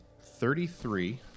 Thirty-three